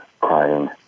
crying